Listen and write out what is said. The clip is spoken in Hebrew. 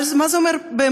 אבל מה זה אומר באמת?